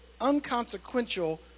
unconsequential